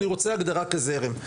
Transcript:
אני רוצה הגדרה כזרם.